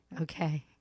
Okay